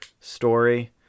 story